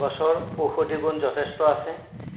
গছৰ ঔষধী গুণ যথেষ্ট আছে